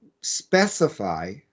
specify